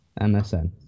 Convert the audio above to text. MSN